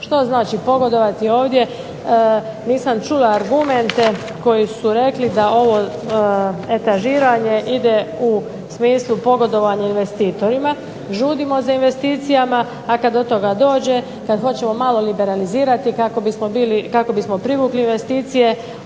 Što znači pogodovati ovdje? Nisam čula argumente koji su rekli da ovo etažiranje ide u smislu pogodovanja investitorima. Žudimo za investicijama, a kad do toga dođe, kad hoćemo malo liberalizirati kako bismo privukli investicije